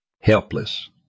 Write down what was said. helpless